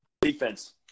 defense